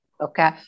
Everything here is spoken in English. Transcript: Okay